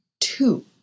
two